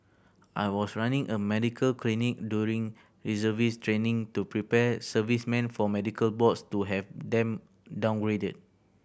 I was running a medical clinic during reservist training to prepare servicemen for medical boards to have them downgraded